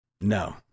No